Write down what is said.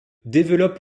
développent